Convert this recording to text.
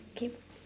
okay